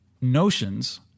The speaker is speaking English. notions